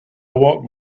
walked